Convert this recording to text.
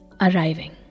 arriving